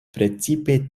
precipe